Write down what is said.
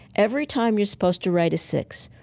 every time you're supposed to write a six,